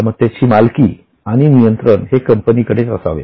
मालमत्तेची मालकी आणि नियंत्रण हे कंपनीकडेच असावे